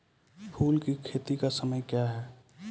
फुल की खेती का समय क्या हैं?